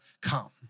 come